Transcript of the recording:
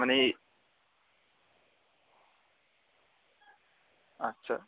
মানে আচ্ছা